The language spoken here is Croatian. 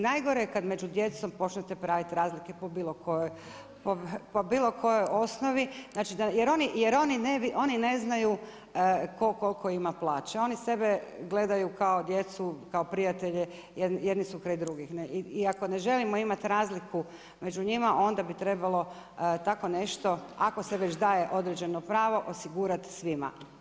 Najgore kad među djecom počnete praviti razlike po bilo kojoj osnovi jer oni ne znaju tko koliko ima plaća, oni sebe gledaju kao djecu, kap prijatelje, jedni su kraj drugih i ako ne želimo imati razliku među njima onda bi trebalo tako nešto, ako se već daje određeno pravo, osigurati svima.